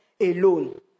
alone